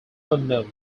unknown